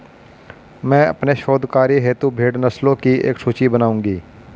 मैं अपने शोध कार्य हेतु भेड़ नस्लों की एक सूची बनाऊंगी